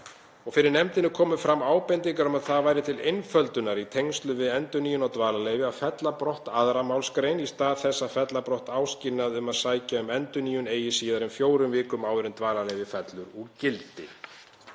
Fyrir nefndinni komu fram ábendingar um að það væri til einföldunar í tengslum við endurnýjun á dvalarleyfi að fella brott 2. mgr. í stað þess að fella brott áskilnað um að sækja um endurnýjun eigi síðar en fjórum vikum áður en dvalarleyfi fellur úr gildi.